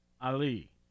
Ali